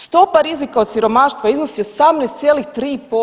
Stopa rizika od siromaštva iznosi 18,3%